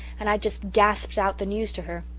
and i just gasped out the news to her.